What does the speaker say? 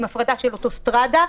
עם הפרדה של אוטוסטרדה,